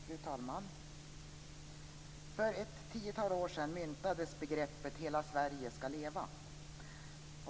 Fru talman! För ett tiotal år sedan myntades begreppet: Hela Sverige skall leva!